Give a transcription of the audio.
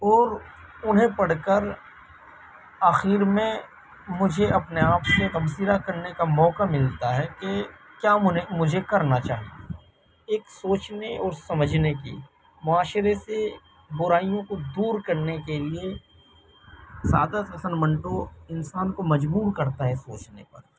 اور اُنہیں پڑھ کر آخر میں مجھے اپنے آپ سے تبصرہ کرنے کا موقع ملتا ہے کہ کیا مجھے کرنا چاہیے ایک سوچنے اور سمجھنے کی معاشرے سے بُرائیوں کو دور کرنے کے لیے سعادت حسن منٹو انسان کو مجبور کرتا ہے سوچنے پر